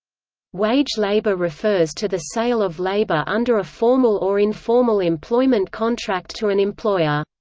wage labour refers to the sale of labour under a formal or informal employment contract to an employer.